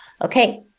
okay